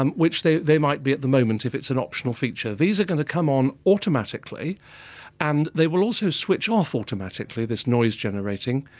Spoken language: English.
um which they they might be at the moment, if it's an optional feature. these are going to come on automatically and they will also switch off automatically, this noise generating.